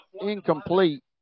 incomplete